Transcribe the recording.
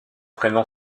prénom